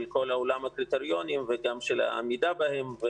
כל עולם הקריטריונים וגם של העמידה בהם.